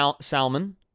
Salman